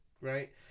right